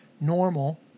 normal